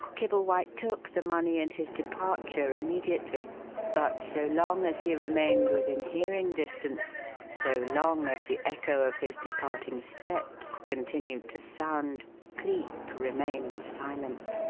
kibblewhite took the money and his departure immediately but so long as he remained within hearing distance so long as the echo of his departing steps continued to sound cleek remained silent,